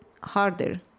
harder